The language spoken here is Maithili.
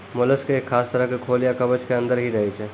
मोलस्क एक खास तरह के खोल या कवच के अंदर हीं रहै छै